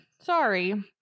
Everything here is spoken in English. Sorry